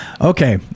okay